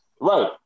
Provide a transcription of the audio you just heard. right